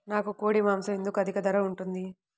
నాకు కోడి మాసం ఎందుకు అధిక ధర ఉంటుంది?